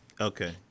Okay